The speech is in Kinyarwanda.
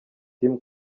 team